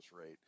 rate